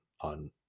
on